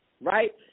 right